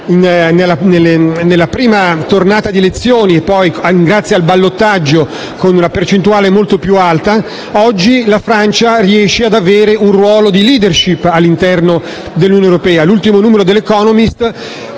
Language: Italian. nella prima tornata elettorale e poi, grazie al ballottaggio, con una percentuale molto più alta, riesca ad avere un ruolo di *leadership* all'interno dell'Unione europea.